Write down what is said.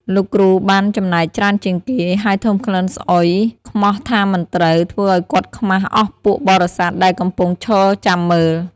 លោកគ្រូបានចំណែកច្រើនជាងគេ ហើយធុំក្លិនស្អុយខ្មោះថាមិនត្រូវ ធ្វើឲ្យគាត់ខ្មាសអស់ពួកបរិស័ទដែលកំពុងឈរចាំមើល។